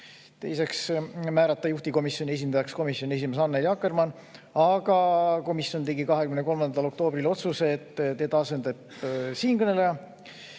Teiseks, määrata juhtivkomisjoni esindajaks komisjoni esimees Annely Akkermann, aga komisjon tegi 23. oktoobril otsuse, et teda asendab siinkõneleja.